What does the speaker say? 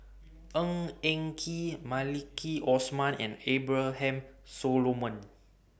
Ng Eng Kee Maliki Osman and Abraham Solomon